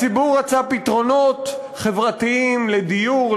הציבור רצה פתרונות חברתיים לדיור,